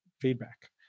feedback